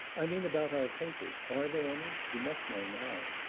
i mean about our papers. are there any? you must know now.